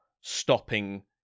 stopping